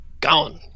gone